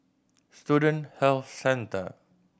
Student Health Centre